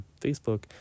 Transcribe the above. Facebook